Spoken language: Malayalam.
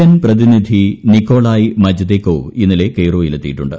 എൻ പ്രതിനിധി നിക്കോളായ് മ്ജദെക്കോവ് ഇന്നലെ കെയ്റോയിൽ എത്തിയിട്ടുണ്ട്